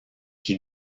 qui